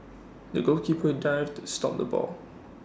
the goalkeeper dived to stop the ball